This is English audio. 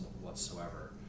whatsoever